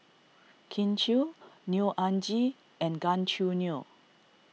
Kin Chui Neo Anngee and Gan Choo Neo